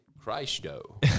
Christo